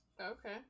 Okay